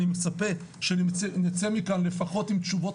אני מצפה שנצא מכאן לפחות עם תשובות